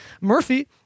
Murphy